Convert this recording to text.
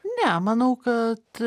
ne manau kad